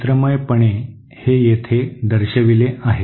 चित्रमयपणे हे येथे दर्शविले आहे